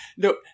No